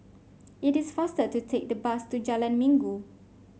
it is faster to take the bus to Jalan Minggu